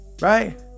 right